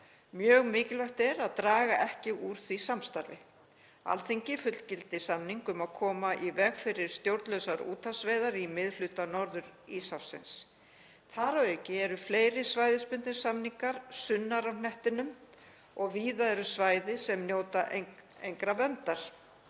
Mjög mikilvægt er að draga ekki úr því samstarfi. Allþingi fullgilti samning um að koma í veg fyrir stjórnlausar úthafsveiðar í miðhluta Norður-Íshafsins. Þar að auki eru fleiri svæðisbundnir samningar sunnar á hnettinum og víða eru svæði sem njóta engrar verndar;